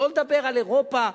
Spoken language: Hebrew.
שלא לדבר על אירופה,